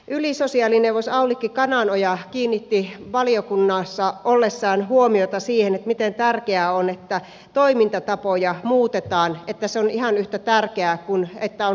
ylisosiaalineuvos aulikki kananoja kiinnitti valiokunnassa ollessaan huomiota siihen miten tärkeää on että toimintatapoja muutetaan että se on ihan yhtä tärkeää kuin se että on riittävä rahoitus